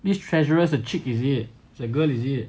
these treasurer is a chick is it is a girl is it